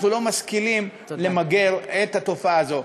אנחנו לא משכילים למגר את התופעה הזאת.